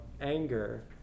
anger